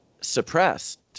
suppressed